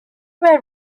were